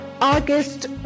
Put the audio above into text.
August